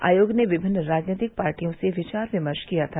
आयोग ने विभिन्न राजनैतिक पार्टियों से विचार विमर्श किया था